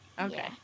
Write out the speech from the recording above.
Okay